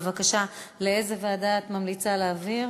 בבקשה, לאיזה ועדה את ממליצה להעביר?